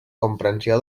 comprensió